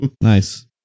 Nice